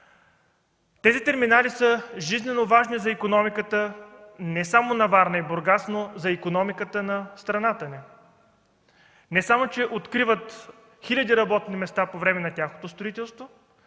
Тези терминали са жизнено важни за икономиката не само на Варна и на Бургас, но и за икономиката на страната ни, не само че откриват хиляди работни места по време на тяхното строителство,